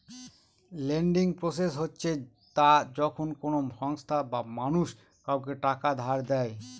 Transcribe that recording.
lending process হচ্ছে তা যখন কোনো সংস্থা বা মানুষ কাউকে টাকা ধার দেয়